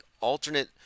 alternate